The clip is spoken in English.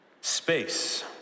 Space